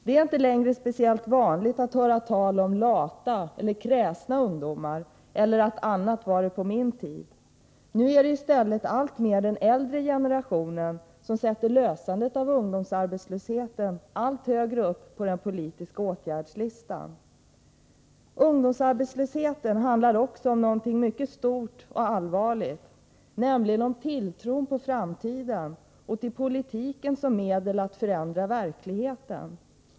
Det är inte längre speciellt vanligt att höra tal om lata eller kräsna ungdomar eller ”annat var det på min tid”. Nu är det i stället alltmer den äldre generationen som sätter lösandet av ungdomsarbetslösheten allt högre upp på den politiska åtgärdslistan. Ungdomsarbetslösheten handlar också om något mycket stort och allvarligt — nämligen om tilltron till framtiden och till politiken som medel att förändra verkligheten.